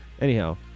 Anyhow